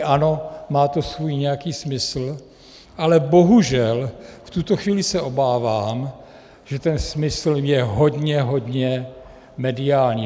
Ano, má to svůj nějaký smysl, ale bohužel v tuto chvíli se obávám, že ten smysl je hodně hodně mediální.